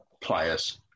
players